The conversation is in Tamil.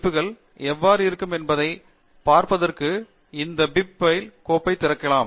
குறிப்புகள் எவ்வாறு இருக்கும் என்பதைப் பார்ப்பதற்கு பிப் கோப்பை திறக்கலாம்